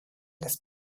las